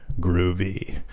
Groovy